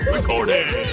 Recording